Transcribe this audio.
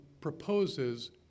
proposes